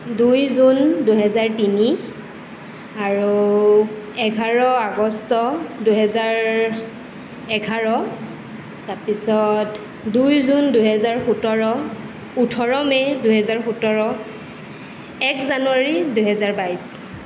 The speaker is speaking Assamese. দুই জুন দুহেজাৰ তিনি আৰু এঘাৰ অগষ্ট দুহেজাৰ এঘাৰ তাৰ পিছত দুই জুন দুহেজাৰ সোতৰ ওঠৰ মে' দুহেজাৰ সোতৰ এক জানুৱাৰী দুহেজাৰ বাইছ